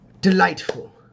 Delightful